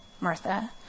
Martha